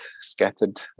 scattered